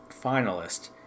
finalist